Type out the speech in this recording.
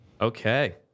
Okay